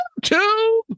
YouTube